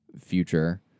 future